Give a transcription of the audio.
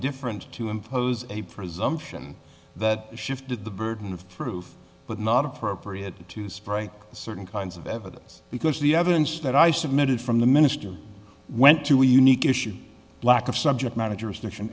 different to impose a presumption that shifted the burden of proof but not appropriate to sprite certain kinds of evidence because the evidence that i submitted from the minister went to a unique issue lack of subject matter jurisdiction